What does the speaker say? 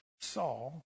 Saul